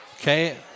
Okay